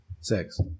sex